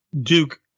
Duke